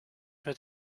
met